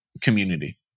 community